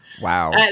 Wow